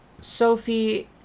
Sophie